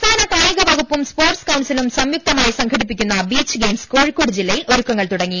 സംസ്ഥാന കായികവകുപ്പും സ്പോർട്സ് കൌൺസിലും സംയുക്തമായി സംഘടിപ്പിക്കുന്ന ബീച്ച് ഗെയിംസിന് കോഴിക്കോട് ജില്ലയിൽ ഒരുക്കങ്ങൾ തുടങ്ങി